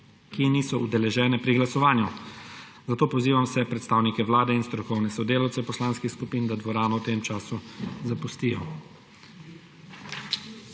ki niso udeležene pri glasovanju. Zato pozivam vse predstavnike vlade in strokovne sodelavce poslanskih skupin, da dvorano v tem času zapustijo.